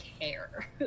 care